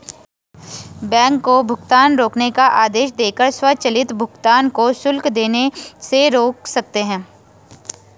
bank को भुगतान रोकने का आदेश देकर स्वचालित भुगतान को शुल्क लेने से रोक सकते हैं